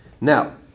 Now